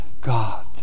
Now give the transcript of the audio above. God